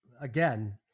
again